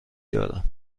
دارم